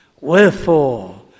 wherefore